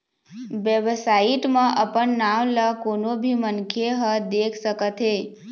website म अपन नांव ल कोनो भी मनखे ह देख सकत हे